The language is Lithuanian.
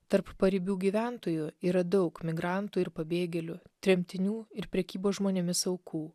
tarp paribių gyventojų yra daug migrantų ir pabėgėlių tremtinių ir prekybos žmonėmis aukų